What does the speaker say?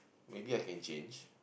maybe I can change